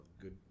good